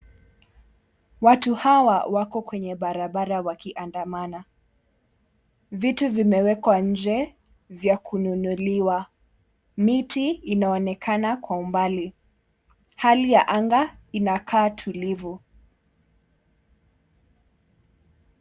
Watu hawa wako kwenye barabara wakiandamana. Vitu vimewekwa nje vya kununuliwa, miti inaonekana kwa umbali. Hali ya anga inakaa tulivu.